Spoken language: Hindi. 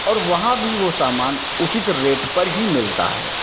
और वहाँ भी वो सामान उचित रेट पर ही मिलता है